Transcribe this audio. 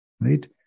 right